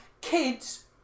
kids